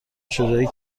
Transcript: شجاعی